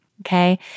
Okay